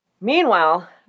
Meanwhile